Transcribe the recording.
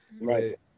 right